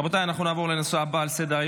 בעד, שבעה.